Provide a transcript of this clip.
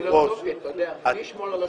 זה קושי לוגי מי ישמור על השומרים.